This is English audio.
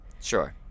sure